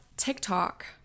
TikTok